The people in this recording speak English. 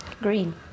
Green